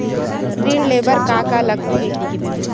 ऋण ले बर का का लगथे?